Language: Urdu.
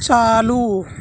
چالو